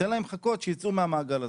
תן להם חכות, שיצאו מהמעגל הזה.